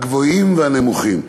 הגבוהים והנמוכים.